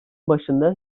başında